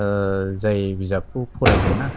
जाय बिजाबखौ फरायगोन ना